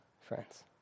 friends